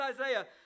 Isaiah